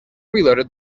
reloaded